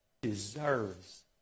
deserves